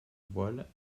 voiles